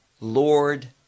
Lord